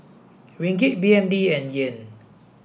Ringgit B N D and Yen